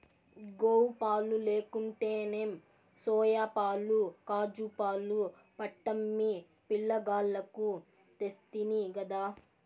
గోవుపాలు లేకుంటేనేం సోయాపాలు కాజూపాలు పట్టమ్మి పిలగాల్లకు తెస్తినిగదా